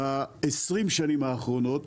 ב-20 שנים האחרונות